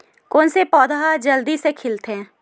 कोन से पौधा ह जल्दी से खिलथे?